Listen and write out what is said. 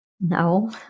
No